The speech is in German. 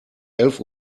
elf